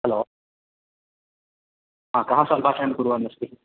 hello हा कः सम्भाषणं कुर्वन्नस्ति